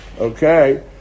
Okay